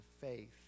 faith